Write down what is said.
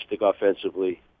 offensively